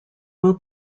will